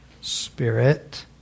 Spirit